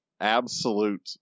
Absolute